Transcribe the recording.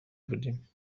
بودیم